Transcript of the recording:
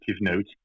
note